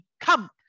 come